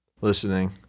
listening